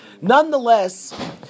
Nonetheless